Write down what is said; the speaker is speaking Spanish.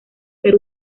ser